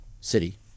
city